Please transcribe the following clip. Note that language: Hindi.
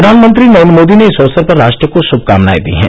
प्रधानमंत्री नरेन्द्र मोदी ने इस अवसर पर राष्ट्र को शुभकामनाएं दी हैं